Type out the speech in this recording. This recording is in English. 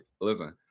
Listen